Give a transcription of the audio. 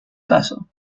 caso